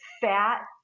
fat